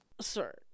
sir